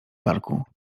parku